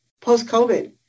post-COVID